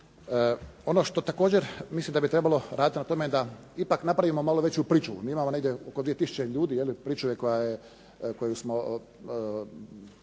Ono što također mislim da bi trebalo raditi na tome da ipak napravimo malo veću pričuvu. Mi imamo negdje oko 2000 ljudi pričuve koja je,